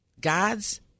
God's